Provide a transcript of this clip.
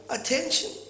attention